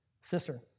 sister